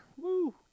Woo